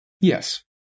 Yes